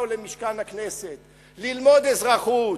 באו למשכן הכנסת ללמוד אזרחות,